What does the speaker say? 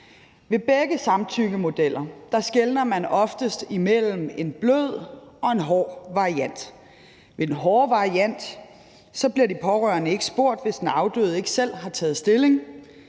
Ved begge samtykkemodeller skelner man oftest imellem en blød og en hård variant. Ved den hårde variant bliver de pårørende ikke spurgt, hvis den afdøde ikke selv har taget stilling.